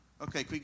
Okay